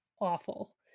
awful